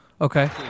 Okay